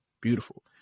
beautiful